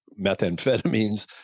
methamphetamines